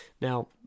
now